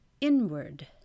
inward